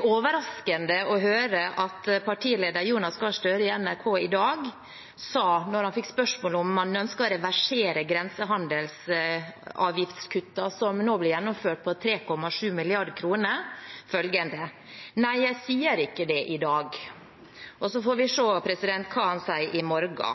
overraskende å høre partileder Jonas Gahr Støre i NRK i dag si følgende da han fikk spørsmål om han ønsket å reversere grensehandelsavgiftskuttene på 3,7 mrd. kr, som nå blir gjennomført: «Nei, jeg sier ikke det i dag.» Vi får se hva han sier i morgen.